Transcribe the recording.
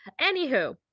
anywho